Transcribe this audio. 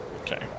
Okay